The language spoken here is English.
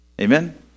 Amen